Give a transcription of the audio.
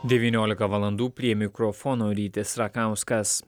devyniolika valandų prie mikrofono rytis rakauskas